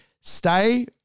stay